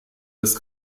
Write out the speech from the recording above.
des